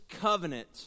covenant